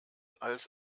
als